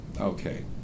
Okay